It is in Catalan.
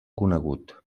conegut